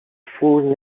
full